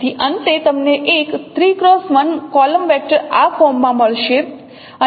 તેથી અંતે તમને એક 3 x 1 કોલમ વેક્ટર આ ફોર્મમાં મળશે